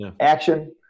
Action